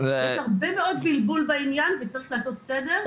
יש הרבה מאוד בלבול בעניין, וצריך לעשות סדר.